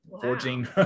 forging